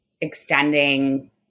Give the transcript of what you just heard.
extending